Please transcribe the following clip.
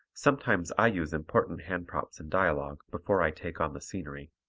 sometimes i use important hand-props in dialogue before i take on the scenery.